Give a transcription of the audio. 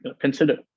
consider